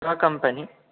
का कम्पनी